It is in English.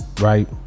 right